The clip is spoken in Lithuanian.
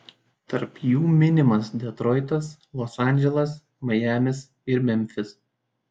tarp jų minimas detroitas los andželas majamis ir memfis